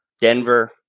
Denver